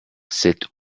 cette